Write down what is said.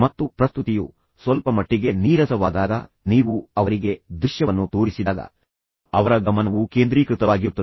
ಮತ್ತು ಪ್ರಸ್ತುತಿಯು ಸ್ವಲ್ಪಮಟ್ಟಿಗೆ ನೀರಸವಾದಾಗ ನೀವು ಅವರಿಗೆ ದೃಶ್ಯವನ್ನು ತೋರಿಸಿದಾಗ ಅವರ ಗಮನವು ಕೇಂದ್ರೀಕೃತವಾಗಿರುತ್ತದೆ